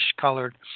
colored